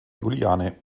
juliane